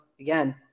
again